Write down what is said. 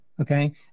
Okay